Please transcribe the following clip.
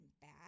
bad